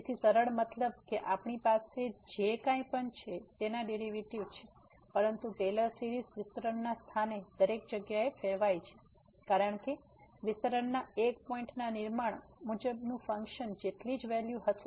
તેથી સરળ મતલબ કે આપણી પાસે જે કંઇ પણ છે તેના ડેરીવેટીવ છે પરંતુ ટેલર સીરીઝ વિસ્તરણના સ્થાને દરેક જગ્યાએ ફેરવાય છે કારણ કે વિસ્તરણના એક પોઈન્ટ ના નિર્માણ મુજબના ફંક્શન જેટલી જ વેલ્યુ હશે